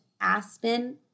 Aspen